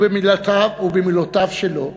ובמילותיו שלו,